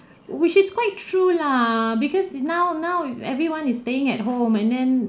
which is quite true lah because you now now everyone is staying at home and then